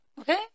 Okay